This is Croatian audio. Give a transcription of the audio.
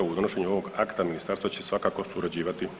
Uz donošenje ovog akta ministarstvo će svakako surađivati